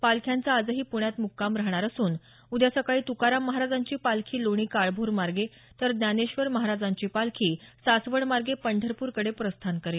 पालख्यांचा आजही पुण्यात मुक्काम राहणार असून उद्या सकाळी त्काराम महाराजांची पालखी लोणी काळभोरमार्गे तर ज्ञानेश्वर महाराजांची पालखी सासवडमार्गे पंढरपूरकडे प्रस्थान करील